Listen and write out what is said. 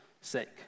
sake